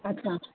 अच्छा